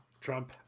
Trump